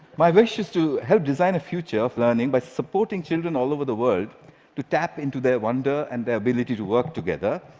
my wish is to help design a future of learning by supporting children all over the world to tap into their wonder and their ability to work together.